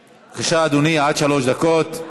בבקשה, אדוני, עד שלוש דקות.